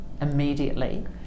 immediately